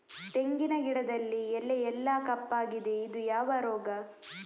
ತೆಂಗಿನ ಗಿಡದಲ್ಲಿ ಎಲೆ ಎಲ್ಲಾ ಕಪ್ಪಾಗಿದೆ ಇದು ಯಾವ ರೋಗ?